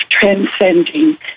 transcending